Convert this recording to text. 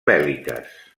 bèl·liques